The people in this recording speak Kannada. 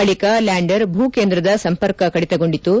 ಬಳಿಕ ಲ್ಲಾಂಡರ್ ಭೂ ಕೇಂದ್ರದ ಸಂಪರ್ಕ ಕಡಿತಗೊಂಡಿತು